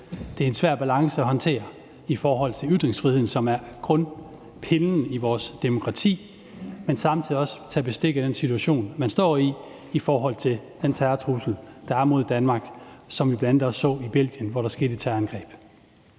Det er en svær balance at håndtere i forhold til ytringsfriheden, som er grundpillen i vores demokrati, men at man samtidig også skal tage bestik af den situation, man står i i forhold til den terrortrussel, der er mod Danmark, og vi så det bl.a. i Belgien, hvor der skete et terrorangreb.